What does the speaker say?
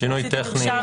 שינוי טכני.